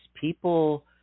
people